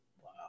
Wow